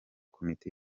komite